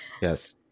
Yes